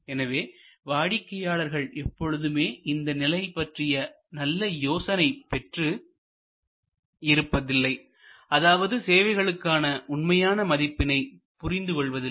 எனவே வாடிக்கையாளர்கள் எப்பொழுதுமே இந்த நிலையை பற்றிய நல்ல யோசனை பெற்று இருப்பதில்லை அதாவது சேவைகளுக்கான உண்மையான மதிப்பினை புரிந்து கொள்வதில்லை